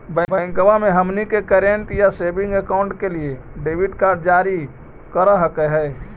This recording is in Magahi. बैंकवा मे हमनी के करेंट या सेविंग अकाउंट के लिए डेबिट कार्ड जारी कर हकै है?